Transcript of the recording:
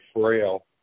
Frail